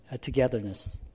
togetherness